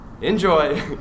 Enjoy